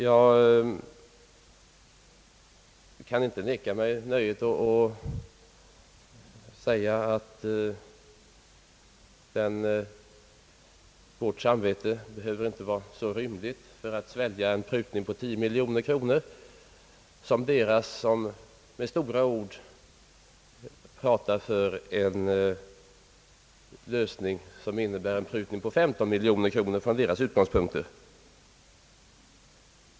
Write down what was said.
Jag kan inte neka mig nöjet att säga att vårt samvete inte behöver vara så rymligt för att svälja en prutning på 10 miljoner kronor som deras som med stora ord talar för en lösning som innebär en prutning på 15 miljoner kronor från deras utgångspunkt.